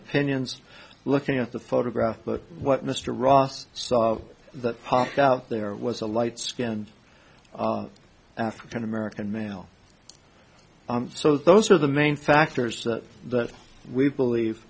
opinions looking at the photograph but what mr ross saw that popped out there was a light skinned african american male so those are the main factors that we believe